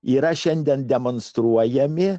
yra šiandien demonstruojami